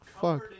fuck